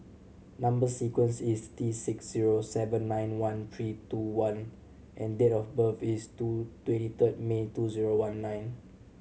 number sequence is T six zero seven nine one three two one and date of birth is two twenty third May two zero one nine